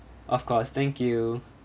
of course thank you